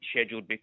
scheduled